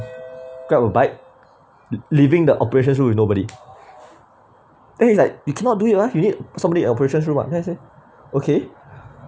grab a bite leaving the operations with nobody then it's like you cannot do it lah you need somebody operations room ah then I say okay